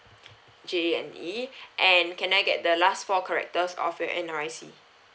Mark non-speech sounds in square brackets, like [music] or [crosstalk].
[noise] J A N E [breath] and can I get the last four characters of your N_R_I_C